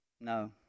No